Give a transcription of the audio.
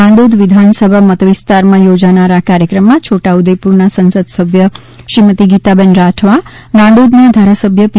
નાંદોદ વિધાનસભા મતવિસ્તારમાં યોજાનાર આ કાર્યક્રમમાં છોટા ઉદેપુરના સંસદસભ્ય શ્રીમતી ગીતાબેન રાઠવા નાંદોદના ધારાસભ્ય પી